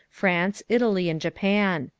france, italy, and japan.